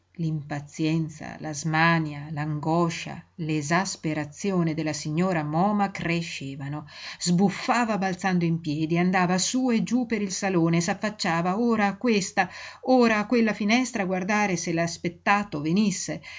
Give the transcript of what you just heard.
l'impazienza la smania l'angoscia l'esasperazione della signora moma crescevano sbuffava balzando in piedi andava sú e giú per il salone s'affacciava ora a questa ora a quella finestra a guardare se l'aspettato venisse